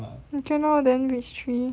okay lor then it's three